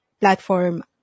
platform